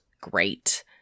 great